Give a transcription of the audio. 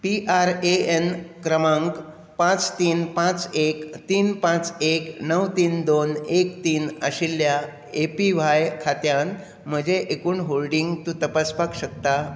P R A N क्रमांक पांच तीन पांच एक तीन पांच एक णव तीन दोन एक तीन आशिल्ल्या ए पी व्हाय खात्यांत म्हजें एकूण होल्डिंग तूं तपासपाक शकता